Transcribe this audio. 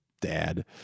dad